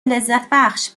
لذتبخش